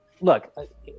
look